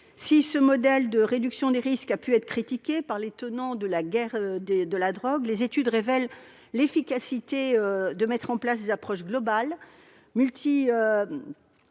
Si ce modèle de réduction des risques a pu être critiqué par les tenants de la « guerre à la drogue », les études révèlent l'efficacité d'une approche globale et multiscalaire